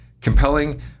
compelling